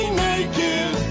naked